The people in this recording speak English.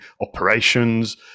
operations